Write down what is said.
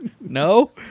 No